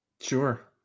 Sure